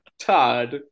Todd